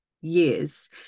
years